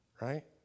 Right